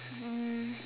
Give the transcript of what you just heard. um